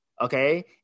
okay